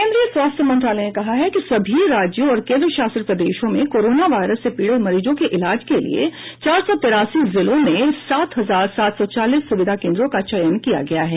केंद्रीय स्वास्थ्य मंत्रालय ने कहा है कि सभी राज्यों और केंद्र शासित प्रदेशों में कोरोना वायरस से पीड़ित मरीजों के इलाज के लिए चार सौ तिरासी जिलों में सात हजार सात सौ चालीस सुविधा केंद्रों का चयन किया गया है